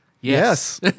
Yes